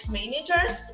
managers